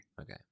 Okay